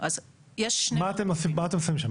מה אתם שמים שם?